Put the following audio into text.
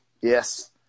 Yes